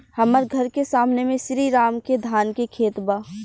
हमर घर के सामने में श्री राम के धान के खेत बा